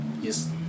Yes